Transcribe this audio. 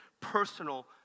personal